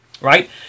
right